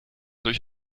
durch